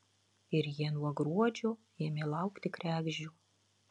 ir jie nuo gruodžio ėmė laukti kregždžių